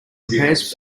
prepares